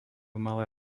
malé